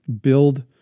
Build